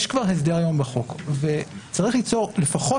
כבר יש את זה היום בחוק וצריך ליצור לפחות